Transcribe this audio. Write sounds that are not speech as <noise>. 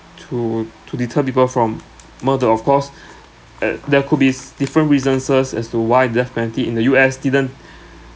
to to deter people from murder of course <breath> at there could be <noise> different reasons as to why the death penalty in the U_S didn't <breath>